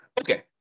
Okay